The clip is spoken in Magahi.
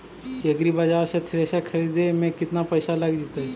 एग्रिबाजार से थ्रेसर खरिदे में केतना पैसा लग जितै?